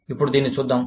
ఇప్పుడు దీనిని చూద్దాం